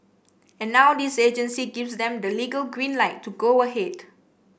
and now this agency gives them the legal green light to go ahead